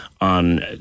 on